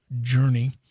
Journey